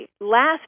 last